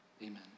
Amen